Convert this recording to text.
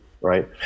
right